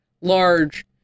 large